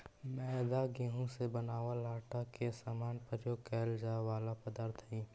मैदा गेहूं से बनावल आटा के समान प्रयोग कैल जाए वाला पदार्थ हइ